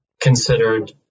considered